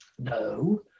No